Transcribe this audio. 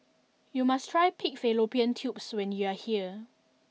you must try Pig Fallopian Tubes when you are here